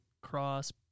cross